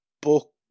book